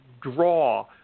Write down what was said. draw